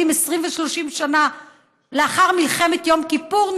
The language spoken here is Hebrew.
20 ו-30 שנה לאחר מלחמת יום כיפור,